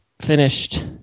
finished